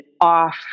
off